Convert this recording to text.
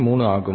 3 ஆகும்